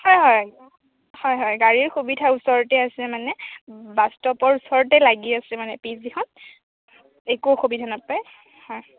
হয় হয় হয় হয় গাড়ীৰ সুবিধা ওচৰতে আছে মানে বাছ ষ্টপৰ ওচৰতে লাগি আছে মানে পি জিখন একো অসুবিধা নাপায় হয়